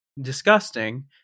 Disgusting